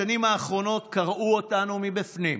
השנים האחרונות קרעו אותנו מבפנים,